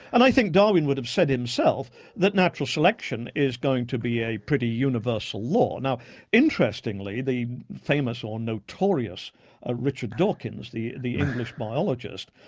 and i think darwin would have said himself that natural selection is going to be a pretty universal law. now interestingly, the famous or notorious ah richard dawkins, the the english biologist,